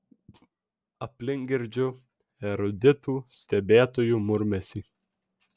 aplink girdžiu eruditų stebėtojų murmesį